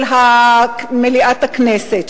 של מליאת הכנסת,